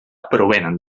provenen